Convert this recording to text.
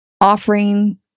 offering